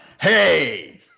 Hey